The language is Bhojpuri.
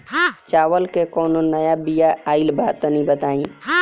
चावल के कउनो नया बिया आइल बा तनि बताइ?